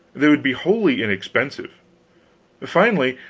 they would be wholly inexpensive finally,